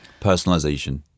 Personalization